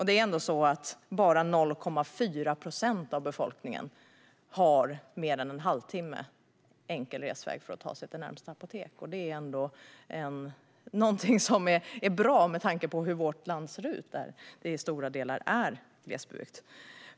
Det är ändå så att bara 0,4 procent av befolkningen har mer än en halvtimme enkel resväg för att ta sig till närmaste apotek. Det är bra med tanke på hur vårt land ser ut, där det i stora delar är glesbygd.